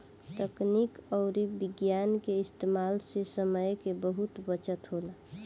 तकनीक अउरी विज्ञान के इस्तेमाल से समय के बहुत बचत होला